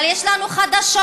אבל יש לנו חדשות: